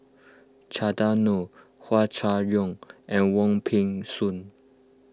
Chandran Nair Hua Chai Yong and Wong Peng Soon